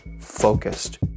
focused